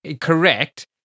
Correct